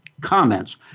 comments